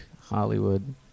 Hollywood